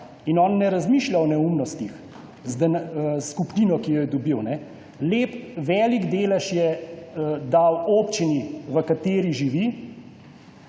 in on ne razmišlja o neumnostih s kupnino, ki jo je dobil. Lep, velik delež je dal občini, v kateri živi,